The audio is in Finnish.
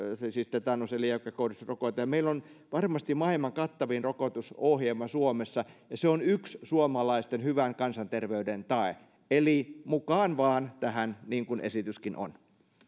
tetanus eli jäykkäkouristusrokote meillä on varmasti maailman kattavin rokotusohjelma suomessa se on yksi suomalaisten hyvän kansanterveyden tae eli mukaan vaan tähän niin kuin esityskin on